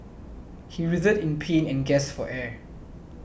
he writhed in pain and gasped for air